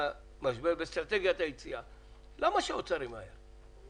באסטרטגיית היציאה מהמשבר, למה שהאוצר ימהר?